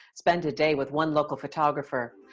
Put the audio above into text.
spent a day with one local photographer.